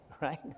right